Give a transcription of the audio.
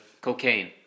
cocaine